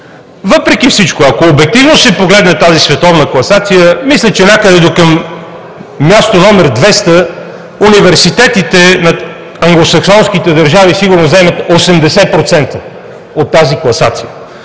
Въпреки всичко, ако обективно се погледне тази световна класация, мисля, че някъде до към място № 200 университетите на англосаксонските държави сигурно заемат 80% от тази класация.